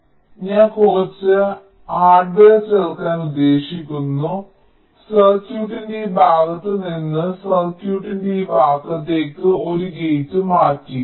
ചെയ്യുന്നതിലൂടെ ഞാൻ കുറച്ച് ഹാർഡ്വെയർ ചേർക്കാൻ ഉദ്ദേശിക്കുന്നു സർക്യൂട്ടിന്റെ ഈ ഭാഗത്ത് നിന്ന് സർക്യൂട്ടിന്റെ ഈ ഭാഗത്തേക്ക് ഒരു ഗേറ്റ് മാറ്റി